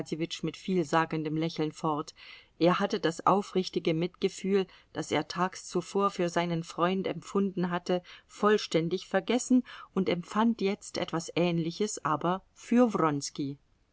mit vielsagendem lächeln fort er hatte das aufrichtige mitgefühl das er tags zuvor für seinen freund empfunden hatte vollständig vergessen und empfand jetzt etwas ganz ähnliches aber für